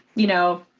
you know,